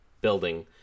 building